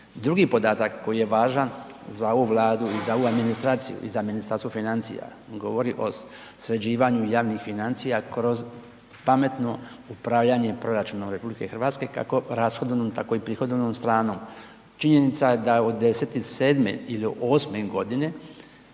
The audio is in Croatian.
Drugi podatak koji je važan za ovu Vladu i za ovu administraciju i za Ministarstvo financija govori o sređivanju javnih financija kroz pametno upravljanje proračuna RH kako rashodovnu tako i prihodovnom stranom. Činjenica je da od '97. ili 98. g.